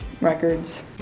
records